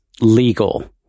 legal